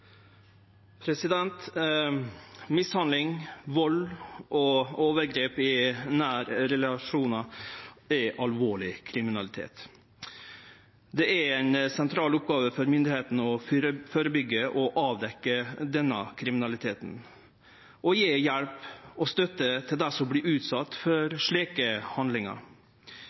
Mishandling, vald og overgrep i nære relasjonar er alvorleg kriminalitet. Det er ei sentral oppgåve for myndigheitene å førebyggje og avdekkje denne kriminaliteten og gje hjelp og støtte til dei som